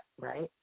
right